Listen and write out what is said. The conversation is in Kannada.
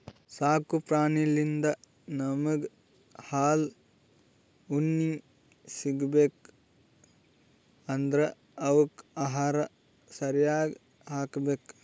ಸಾಕು ಪ್ರಾಣಿಳಿಂದ್ ನಮ್ಗ್ ಹಾಲ್ ಉಣ್ಣಿ ಸಿಗ್ಬೇಕ್ ಅಂದ್ರ ಅವಕ್ಕ್ ಆಹಾರ ಸರ್ಯಾಗ್ ಹಾಕ್ಬೇಕ್